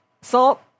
Salt